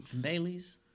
baileys